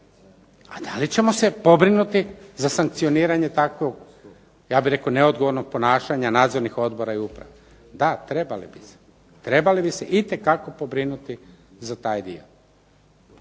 A da li ćemo se pobrinuti za sankcioniranje takvog ja bih rekao neodgovornog ponašanja nadzornih odbora i uprave? Da, trebali bi. Trebali bi se itekako pobrinuti za taj dio.